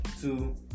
two